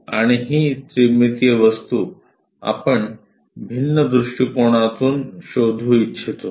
आणि ही त्रिमितीय वस्तू आपण भिन्न दृष्टीकोनातून शोधू इच्छितो